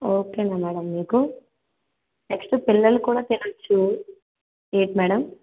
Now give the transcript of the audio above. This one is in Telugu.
ఓకే మ్యాడమ్ మీకు నెక్స్ట్ పిల్లలు కూడా తినవచ్చు ఏంటి మ్యాడమ్